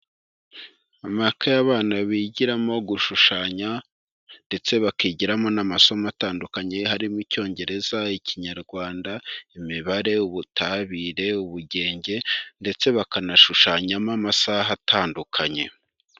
Amakayi abana bigiramo gushushanya ndetse bakigiramo n'amasomo atandukanye harimo Icyongereza, Ikinyarwanda, Imibare, Ubutabire, Ubugenge ndetse bakanashushanyamo amasaha atandukanye.